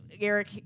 Eric